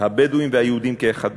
הבדואים והיהודים כאחד,